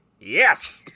Yes